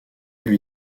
lui